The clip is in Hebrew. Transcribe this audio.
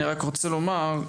אני רק רוצה לומר,